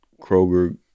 Kroger